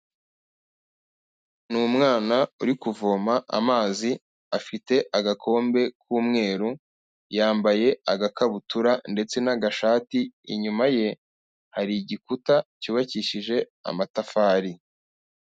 Ni umwana uri kuvoma amazi, afite agakombe k'umweru, yambaye agakabutura ndetse n'agashati, inyuma ye hari igikuta cyubakishije amatafari.